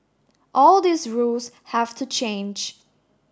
all these rules have to change